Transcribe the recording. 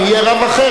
אם יהיה רב אחר,